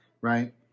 right